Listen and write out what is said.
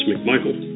McMichael